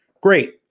Great